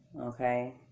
Okay